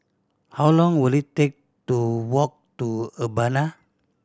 how long will it take to walk to Urbana